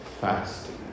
fasting